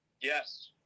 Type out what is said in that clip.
yes